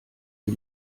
die